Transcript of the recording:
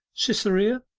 cytherea,